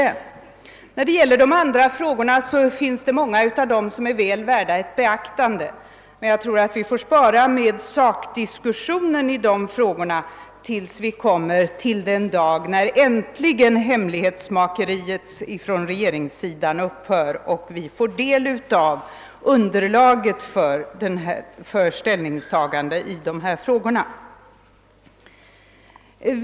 Beträffande de andra frågorna är många väl värda ett beaktande, men jag tror vi får spara sakdiskussionen till den dag då hemlighetsmakeriet från regeringens sida äntligen upphör och vi får ta del av underlaget för ställningstagande i frågorna.